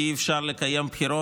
כי אי-אפשר לקיים בחירות.